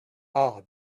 our